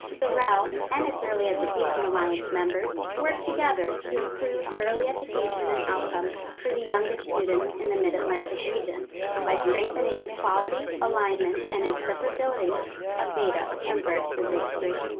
the rel and its early education alliance members work together to improve early education and outcomes for the youngest students in the mid-atlantic region by strengthening the quality, alignment, and interpretability of data from birth through grade three.